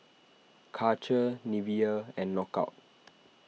Karcher Nivea and Knockout